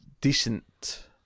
decent